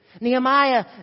Nehemiah